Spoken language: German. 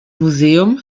museum